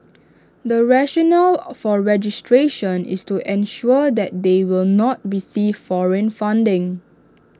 the rationale for registration is to ensure that they will not receive foreign funding